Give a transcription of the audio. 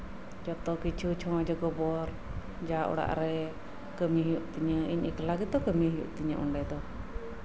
ᱡᱚᱛᱚ ᱠᱤᱪᱷᱩ ᱪᱷᱚᱸᱪ ᱜᱚᱵᱚᱨ ᱡᱟ ᱚᱲᱟᱜᱨᱮ ᱠᱟᱹᱢᱤ ᱦᱩᱭᱩᱜ ᱛᱤᱧᱟ ᱤᱧ ᱮᱠᱞᱟ ᱜᱮᱛᱚ ᱠᱟᱹᱢᱤ ᱦᱩᱭᱩᱜ ᱛᱤᱧᱟ ᱚᱱᱰᱮ ᱫᱚ